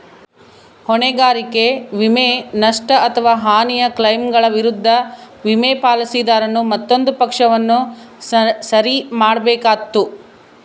ಹೊಣೆಗಾರಿಕೆ ವಿಮೆ, ನಷ್ಟ ಅಥವಾ ಹಾನಿಯ ಕ್ಲೈಮ್ಗಳ ವಿರುದ್ಧ ವಿಮೆ, ಪಾಲಿಸಿದಾರನು ಮತ್ತೊಂದು ಪಕ್ಷವನ್ನು ಸರಿ ಮಾಡ್ಬೇಕಾತ್ತು